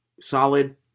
solid